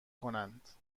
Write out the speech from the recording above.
کنند